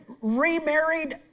remarried